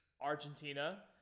Argentina